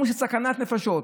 אומרים שזה סכנת נפשות?